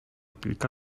kilka